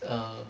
err